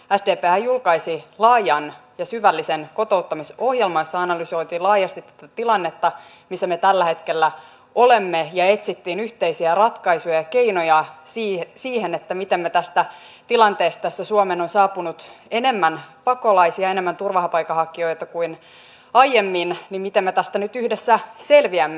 sdphän julkaisi laajan ja syvällisen kotouttamisohjelman jossa analysoitiin laajasti tätä tilannetta missä me tällä hetkellä olemme ja etsittiin yhteisiä ratkaisuja ja keinoja siihen miten me tästä tilanteesta jossa suomeen on saapunut enemmän pakolaisia enemmän turvapaikanhakijoita kuin aiemmin nyt yhdessä selviämme